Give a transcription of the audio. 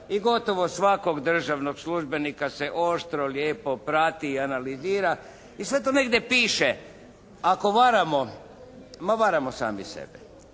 i gotovo svakog državnog službenika se oštro, lijepo prati i analizira. I sve to negdje piše. Ako varamo, ma varamo sami sebe.